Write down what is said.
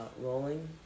rolling